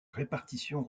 répartition